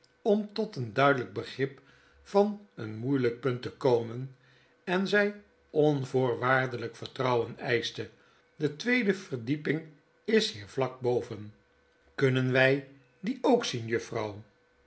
om tot een duidelgk begrip van een moeielijk punt te komen en zg onvoorwaardelijk vertrouwen eischte de tweede verdieping is hier vlak boven kunnen wg die ook zien